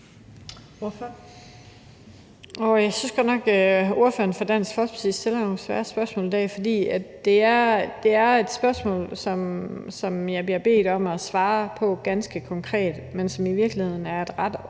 Jeg synes godt nok, ordføreren for Dansk Folkeparti stiller nogle svære spørgsmål i dag. Det er et spørgsmål, som jeg bliver bedt om at svare ganske konkret på, men som i virkeligheden er et ret